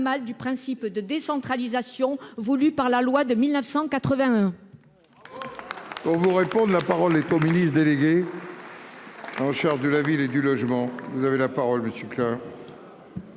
du principe de décentralisation voulu par la loi de 1982